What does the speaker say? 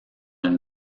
une